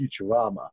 Futurama